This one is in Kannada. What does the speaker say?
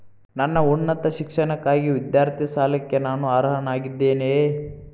ನನ್ನ ಉನ್ನತ ಶಿಕ್ಷಣಕ್ಕಾಗಿ ವಿದ್ಯಾರ್ಥಿ ಸಾಲಕ್ಕೆ ನಾನು ಅರ್ಹನಾಗಿದ್ದೇನೆಯೇ?